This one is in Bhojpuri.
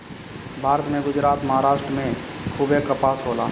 भारत में गुजरात, महाराष्ट्र में खूबे कपास होला